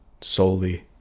solely